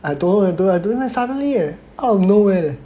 I don't know leh I don't know suddenly eh out of nowhere leh